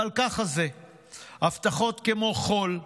אבל ככה זה הבטחות כמו חול.